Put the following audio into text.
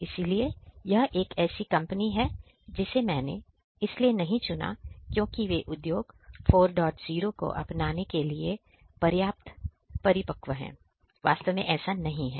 इसलिए यह एक ऐसी कंपनी है जिसे मैंने इसलिए नहीं चुना क्योंकि वे उद्योग 40 को अपनाने के लिए पर्याप्त परिपक्व हैं वास्तव में ऐसा नहीं है